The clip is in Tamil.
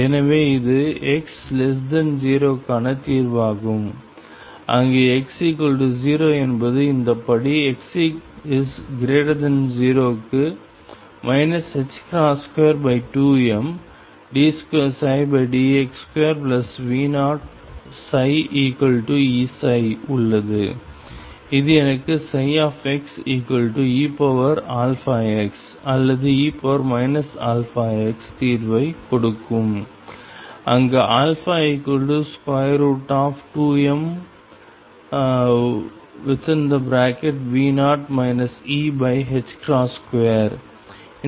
எனவே இது x0 க்கான தீர்வாகும் அங்கு x0 என்பது இந்த படி x0 க்கு 22md2dx2V0ψEψ உள்ளது இது எனக்கு xeαx அல்லது e αx தீர்வை கொடுக்கும் அங்கு α2mV0 E2